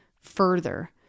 further